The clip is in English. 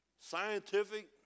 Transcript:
scientific